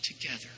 together